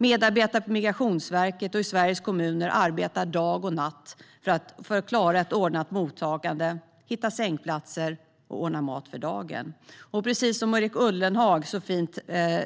Medarbetare på Migrationsverket och i Sveriges kommuner arbetar dag och natt för att klara ett ordnat mottagande, hitta sängplatser och ordna mat för dagen. Precis som Erik Ullenhag så fint